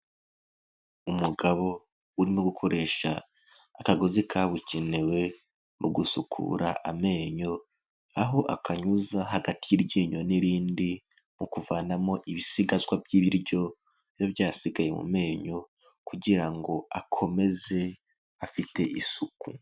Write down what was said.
Umugabo urimo gukoresha akagozi kabukenewe mu gusukura amenyo, aho akanyuza hagati y'iryinyo n'irindi, mu kuvanamo ibisigazwa by'ibiryo biba byasigaye mu menyo kugira ngo akomeze afite isuku.